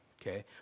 Okay